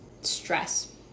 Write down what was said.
stress